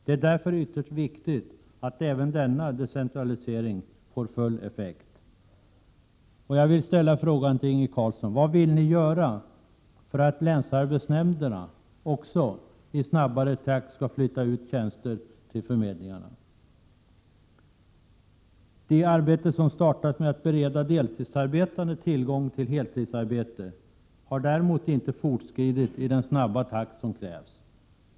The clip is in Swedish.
Det är därför ytterst viktigt att även denna decentralisering får full effekt. | Prot. 1987/88:99 Det arbete som startat med att bereda deltidsarbetande tillgång till 13 april 1988 heltidsarbete har inte fortskridit i den snabba takt som krävs.